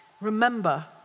Remember